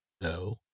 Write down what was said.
No